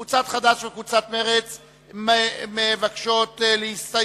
סעיף 33, קבוצת חד"ש וקבוצת מרצ מבקשות להסתייג.